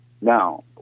now